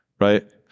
right